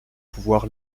pouvoir